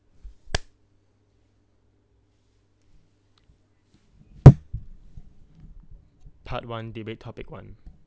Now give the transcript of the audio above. part one debate topic one